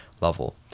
level